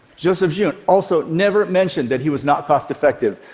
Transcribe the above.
joseph jeune also never mentioned that he was not cost-effective.